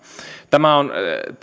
tämä on